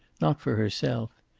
not for herself.